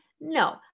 no